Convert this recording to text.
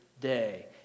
day